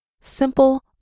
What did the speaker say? simple